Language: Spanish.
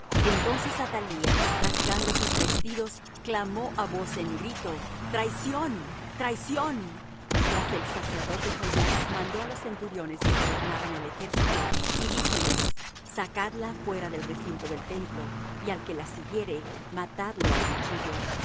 entonces athalía rasgando sus vestidos clamó á voz en grito traición traición mas el sacerdote joiada mandó á los centuriones que gobernaban el ejército y díjoles sacadla fuera del recinto del templo y al que la siguiere matadlo á cuchillo